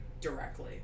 directly